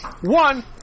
One